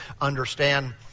understand